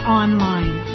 online